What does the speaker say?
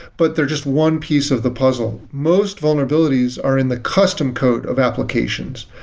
but they're just one piece of the puzzle. most vulnerabilities are in the custom code of applications.